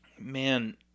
man